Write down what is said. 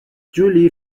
jolly